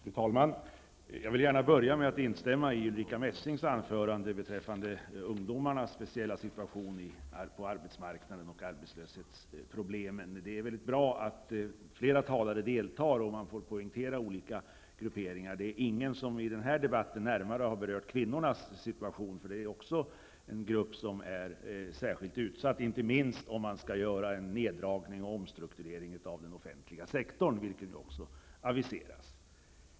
Fru talman! Jag vill gärna börja med att instämma i vad Ulrica Messing sade beträffande ungdomarnas speciella situation på arbetsmarknaden och vad gäller arbetslöshetsproblemen. Det är bra att flera talare deltar och poängterar olika grupperingar. Det är ingen som i den här debatten närmare har berört kvinnornas situation. Även detta är ju en grupp som är särskilt utsatt, inte minst om det blir fråga om en neddragning och en omstrukturering av den offentliga sektorn, vilket också aviseras.